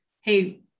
hey